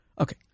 Okay